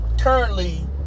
currently